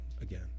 again